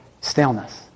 staleness